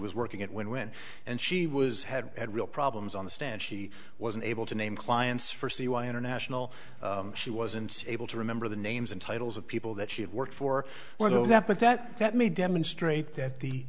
was working at when when and she was had real problems on the stand she wasn't able to name clients for c y international she wasn't able to remember the names and titles of people that she had worked for all of that but that that may demonstrate that the